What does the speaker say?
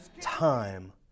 time